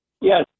Yes